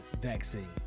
vaccine